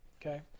Okay